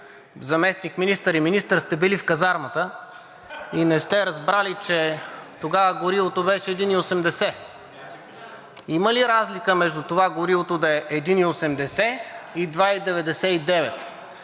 заместник-министър и министър, сте били в казармата и не сте разбрали, че тогава горивото беше 1,80 лв. Има ли разлика между това горивото да е 1,80 лв. и 2,99